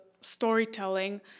storytelling